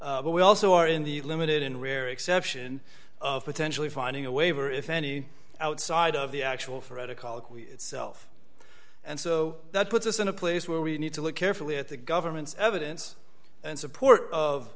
but we also are in the limited and rare exception of potentially finding a waiver if any outside of the actual threat of colloquy itself and so that puts us in a place where we need to look carefully at the government's evidence and support of